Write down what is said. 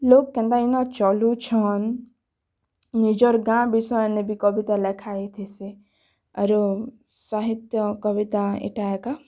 ଲୋକ୍ କେନ୍ତାକିନା ଚଲୁଛନ୍ ନିଜର୍ ଗାଁ ବିଷୟନେ ବି କବିତା ଲେଖା ହେଇଥିସି ଆରୁ ସାହିତ୍ୟ କବିତା ଇ'ଟା ଏକା